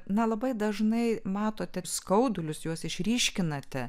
na labai dažnai matote skaudulius juos išryškinate